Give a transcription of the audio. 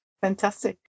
Fantastic